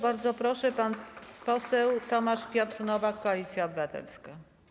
Bardzo proszę, pan poseł Tomasz Piotr Nowak, Koalicja Obywatelska.